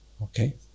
Okay